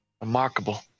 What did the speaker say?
Remarkable